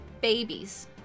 babies